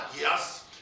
yes